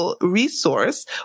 resource